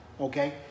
okay